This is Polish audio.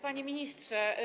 Panie Ministrze!